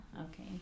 Okay